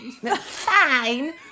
Fine